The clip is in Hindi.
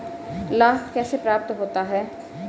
लाख कैसे प्राप्त होता है?